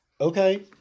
Okay